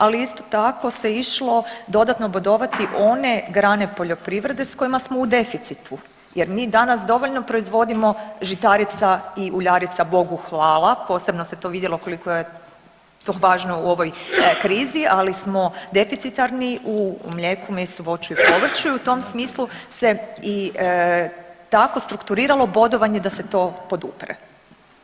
Ali isto tako se išlo dodatno bodovati one grane poljoprivrede s kojima smo u deficitu jer mi danas dovoljno proizvodimo žitarica i uljarica Bogu hvala, posebno se to vidjelo koliko je to važno u ovoj krizi, ali smo deficitarni u mlijeku, mesu, voću i povrću i u tom smislu se i tako strukturiralo bodovanje da se to podupre.